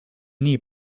nii